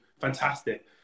fantastic